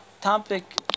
topic